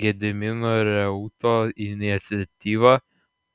gedimino reuto iniciatyva